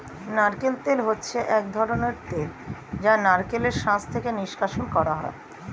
নারকেল তেল হচ্ছে এক ধরনের তেল যা নারকেলের শাঁস থেকে নিষ্কাশণ করা হয়